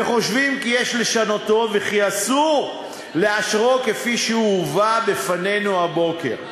וחושבים כי יש לשנותו וכי אסור לאשרו כפי שהוא הובא בפנינו הבוקר.